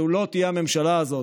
וזו לא תהיה הממשלה הזאת,